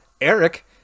eric